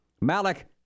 Malik